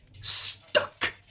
stuck